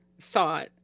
thought